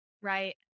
Right